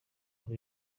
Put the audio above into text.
kuri